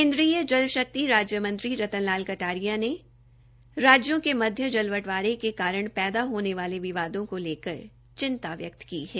केन्द्रीय जल शक्ति राज्य मंत्री रतन लाल कटारिया ने राज्यों के मध्य जल बंटवारे के कारण पैदा होने वाले विवादों को लेकर चिंता व्यक्त की है